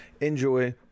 enjoy